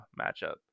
matchup